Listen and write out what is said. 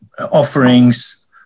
offerings